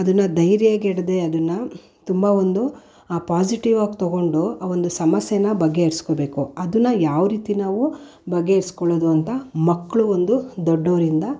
ಅದನ್ನ್ನನು ಧೈರ್ಯಗೆಡದೇ ಅದನ್ನು ತುಂಬ ಒಂದು ಪಾಸಿಟಿವ್ ಆಗಿ ತಗೊಂಡು ಆ ಒಂದು ಸಮಸ್ಯೆನ ಬಗೆಹರ್ಸ್ಕೊಬೇಕು ಅದನ್ನು ಯಾವ ರೀತಿ ನಾವು ಬಗೆಹರಿಸ್ಕೊಳ್ಳೋದು ಅಂತ ಮಕ್ಕಳು ಒಂದು ದೊಡ್ಡವರಿಂದ